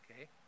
okay